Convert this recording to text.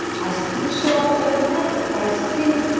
i still show up every night, i still